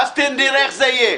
ואז נראה איך זה יהיה.